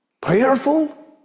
Prayerful